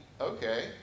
Okay